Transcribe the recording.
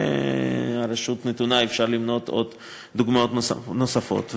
והרשות נתונה, אפשר למנות דוגמאות נוספות.